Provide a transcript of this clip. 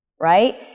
right